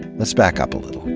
let's back up a little.